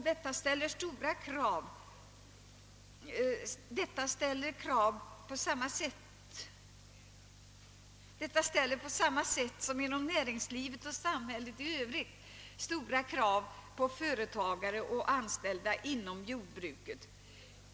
Detta ställer på samma sätt som inom näringslivet och samhället i övrigt stora krav på företagare och anställda inom jordbruket.